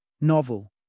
novel